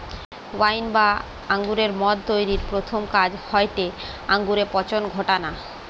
wine বা আঙুরের মদ তৈরির প্রথম কাজ হয়টে আঙুরে পচন ঘটানা